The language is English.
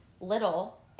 little